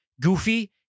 goofy